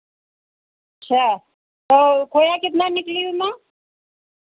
अच्छा और खोया कितना निकली उमा